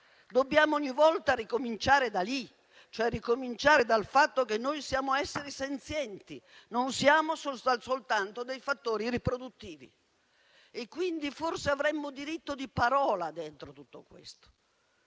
Dobbiamo ogni volta ricominciare da lì, cioè dal fatto che noi siamo esseri senzienti, non siamo soltanto fattori riproduttivi. Forse allora avremmo diritto di parola dentro tutto questo,